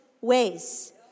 ways